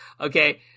Okay